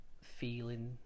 feeling